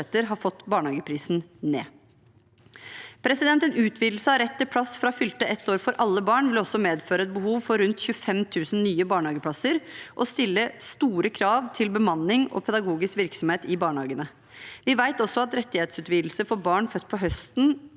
har fått barnehageprisen ned. En utvidelse av rett til plass fra fylte ett år for alle barn vil også medføre et behov for rundt 25 000 nye barnehageplasser og stille store krav til bemanning og pedagogisk virksomhet i barnehagene. Vi vet også at rettighetsutvidelse for barn født på høsten